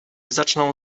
zaczną